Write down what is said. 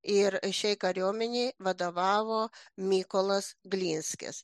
ir šiai kariuomenei vadovavo mykolas glinskis